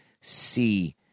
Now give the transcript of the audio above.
see